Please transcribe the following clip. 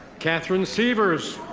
catherine severs.